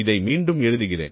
இதை மீண்டும் எழுதுகிறேன்